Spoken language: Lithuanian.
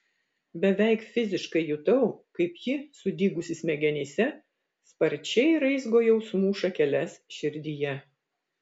beveik fiziškai jutau kaip ji sudygusi smegenyse sparčiai raizgo jausmų šakeles širdyje